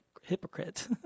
hypocrite